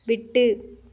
விட்டு